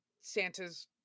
Santa's